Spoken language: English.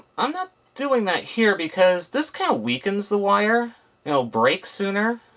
i'm not doing that here because this kind of weakens the wire. it will break sooner.